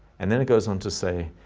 and then it goes on to say,